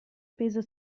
peso